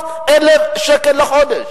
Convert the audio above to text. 700,000 שקל לחודש.